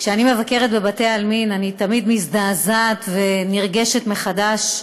כשאני מבקרת בבתי עלמין אני תמיד מזדעזעת ונרגשת מחדש,